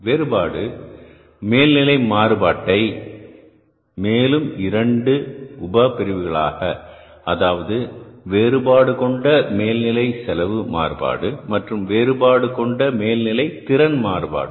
வேறுபாடு மேல்நிலை மாறுபாட்டை மேலும் 2 உப பிரிவுகள் அதாவது வேறுபாடு கொண்ட மேல்நிலை செலவு மாறுபாடு மற்றும் வேறுபாடு கொண்ட மேல்நிலை திறன் மேம்பாடு